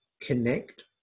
connect